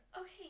Okay